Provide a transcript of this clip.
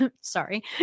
Sorry